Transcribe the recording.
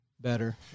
better